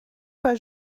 pas